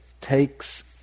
takes